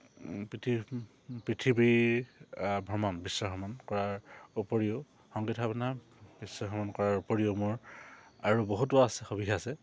পৃথিৱ পৃথিৱীৰ ভ্ৰমণ বিশ্ব ভ্ৰমণ কৰাৰ উপৰিও সংগীত সাধনা বিশ্ব ভ্ৰমণ কৰাৰ উপৰিও মোৰ আৰু বহুতো আছে আছে